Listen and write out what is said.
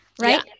right